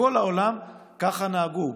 בכל העולם ככה נהגו.